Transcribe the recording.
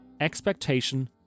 expectation